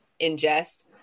ingest